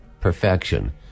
perfection